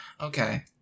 Okay